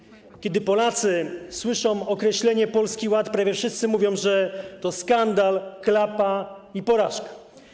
Kiedy Polacy słyszą określenie Polski Ład, prawie wszyscy mówią, że to skandal, klapa i porażka.